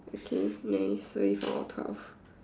okay nice so we found all twelve